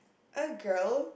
a girl